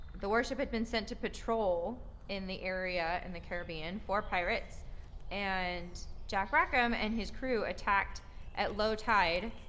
the warship had been sent to patrol in the area in the caribbean for pirates and jack rackham and his crew attacked at low tide,